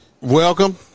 Welcome